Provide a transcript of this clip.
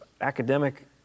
academic